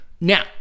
Now